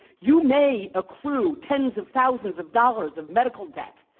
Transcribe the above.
you may accrue tens of thousands of dollars of medical debt,